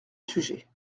sujet